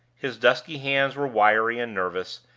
his dusky hands were wiry and nervous,